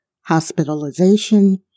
hospitalization